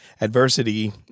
adversity